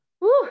Woo